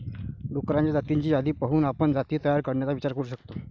डुक्करांच्या जातींची यादी पाहून आपण जाती तयार करण्याचा विचार करू शकतो